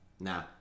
Nah